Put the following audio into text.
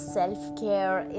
self-care